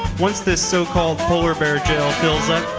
once this so-called polar bear jail fills up,